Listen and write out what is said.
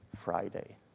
Friday